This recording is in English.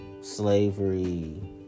slavery